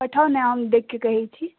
पठाउ ने हम देखि कऽ कहैत छी